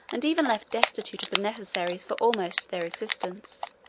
and even left destitute of the necessaries for almost their existence.